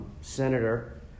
Senator